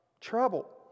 trouble